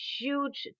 huge